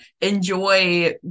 enjoy